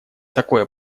такое